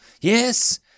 Yes